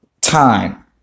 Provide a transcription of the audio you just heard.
time